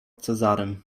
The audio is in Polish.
cezarym